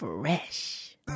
fresh